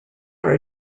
are